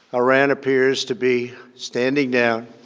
iran appears to be standing down,